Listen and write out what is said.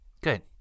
Good